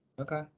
Okay